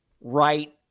right